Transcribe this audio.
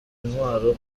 intwaro